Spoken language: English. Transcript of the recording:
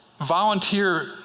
volunteer